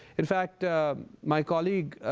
in fact my colleague,